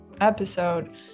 episode